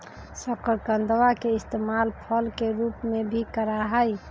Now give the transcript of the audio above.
शकरकंदवा के इस्तेमाल फल के रूप में भी करा हई